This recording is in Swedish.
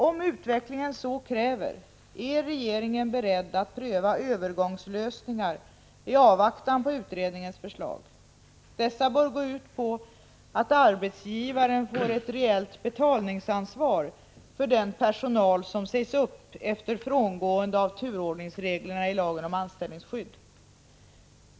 Om utvecklingen så kräver är regeringen beredd att pröva övergångslösningar i avvaktan på utredningens förslag. Dessa bör gå ut på att arbetsgivaren får ett reellt betalningsansvar för den personal som sägs upp efter frångående av turordningsreglerna i lagen om anställningsskydd.